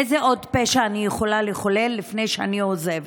איזה עוד פשע אני יכולה לחולל לפני שאני עוזבת?